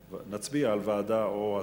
ונצביע על ועדה או הסרה.